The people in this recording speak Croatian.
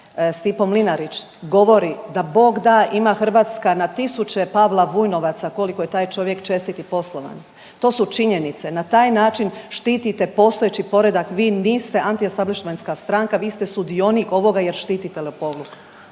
Stipo Mlinarić govori da Bog da ima Hrvatska na tisuće Pavla Vujnovaca koliko je taj čovjek čestit i poslovan. To su činjenice. Na taj način štitite postojeći poredak. Vi niste antiestablišmenska stranka, vi ste sudionik ovoga jer štitite lopovluk.